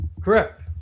Correct